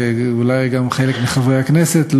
ואולי גם חלק מחברי הכנסת,